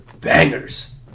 Bangers